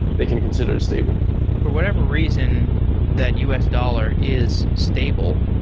they can consider it stable for whatever reason that us dollar is stable,